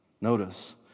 Notice